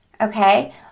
okay